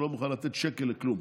שלא מוכן לתת שקל לכלום.